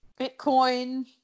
Bitcoin